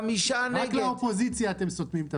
רק לאופוזיציה אתם סותמים את הפה.